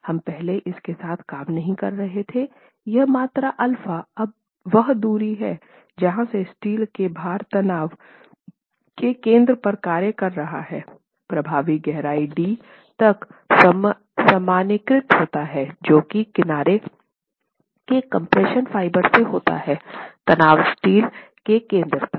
हम पहले इसके साथ काम नहीं कर रहे थे यह मात्रा अल्फा वह दूरी है जहां से स्टील के भार तनाव के केंद्रक पर कार्य कर रहा है प्रभावी गहराई d तक सामान्यीकृत होता है जो कि किनारे के कम्प्रेशन फाइबर से होता है तनाव स्टील के केन्द्र तक